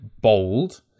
bold